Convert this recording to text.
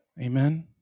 amen